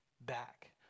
back